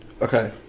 Okay